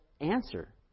answer